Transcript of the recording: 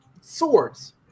swords